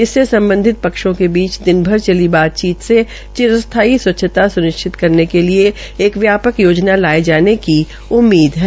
इससे सम्बधित पक्षोंके बीच दिन भ्र चली बातचीत से चिरस्थायी स्वच्छता सुनिश्चित सुनिश्चित करने के लिए एक व्यापक योजना लाये की उम्मीद है